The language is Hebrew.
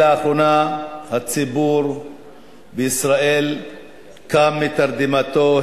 לאחרונה הציבור בישראל קם מתרדמתו,